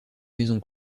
maison